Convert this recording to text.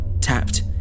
tapped